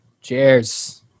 Cheers